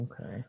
Okay